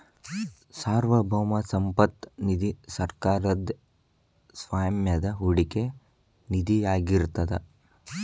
ಸಾರ್ವಭೌಮ ಸಂಪತ್ತ ನಿಧಿ ಸರ್ಕಾರದ್ ಸ್ವಾಮ್ಯದ ಹೂಡಿಕೆ ನಿಧಿಯಾಗಿರ್ತದ